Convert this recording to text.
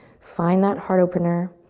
find that heart opener.